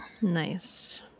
nice